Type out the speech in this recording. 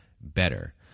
better